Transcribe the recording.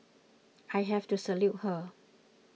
I have to salute her